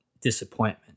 disappointment